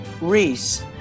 Reese